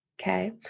Okay